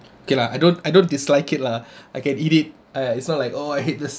okay lah I don't I don't dislike it lah I can eat it !aiya! it's not like oh I hate this